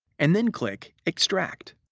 and then click extract.